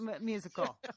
musical